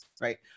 right